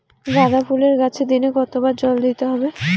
গাদা ফুলের গাছে দিনে কতবার জল দিতে হবে?